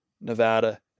Nevada